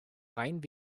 rein